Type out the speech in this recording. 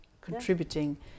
contributing